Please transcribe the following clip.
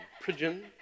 prison